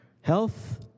health